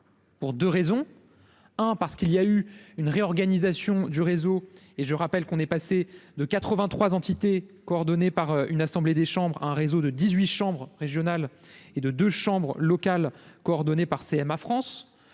Pour 2 raisons : 1 parce qu'il y a eu une réorganisation du réseau et je rappelle qu'on est passé de quatre-vingt-trois entité coordonné par une assemblée des chambres, un réseau de dix-huit chambres régionales et de 2 chambres locales coordonné par CMA, France